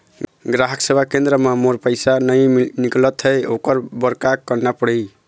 ग्राहक सेवा केंद्र म मोर पैसा नई निकलत हे, ओकर बर का करना पढ़हि?